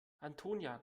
antonia